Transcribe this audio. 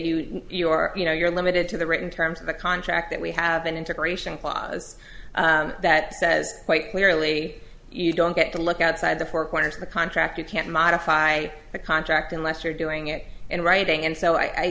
you you are you know you're limited to the written terms of the contract that we have an integration process that says quite clearly you don't get to look outside the four corners of the contract you can't modify the contract unless you're doing it in writing and so i